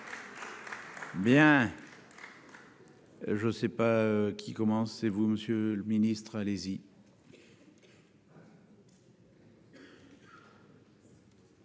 Bien. Je sais pas qui commence, c'est vous, Monsieur le Ministre, allez-y.